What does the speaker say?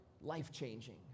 life-changing